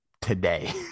today